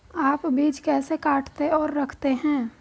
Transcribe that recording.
आप बीज कैसे काटते और रखते हैं?